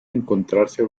encontrarse